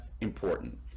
important